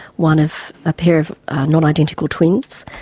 one of a pair of nonidentical twins,